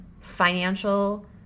financial